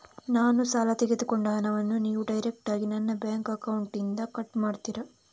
ನಾನು ಸಾಲ ತೆಗೆದುಕೊಂಡ ಹಣವನ್ನು ನೀವು ಡೈರೆಕ್ಟಾಗಿ ನನ್ನ ಬ್ಯಾಂಕ್ ಅಕೌಂಟ್ ಇಂದ ಕಟ್ ಮಾಡ್ತೀರಾ?